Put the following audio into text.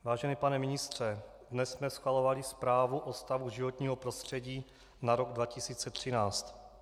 Vážený pane ministře, dnes jsme schvalovali Zprávu o stavu životního prostředí na rok 2013.